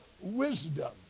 wisdom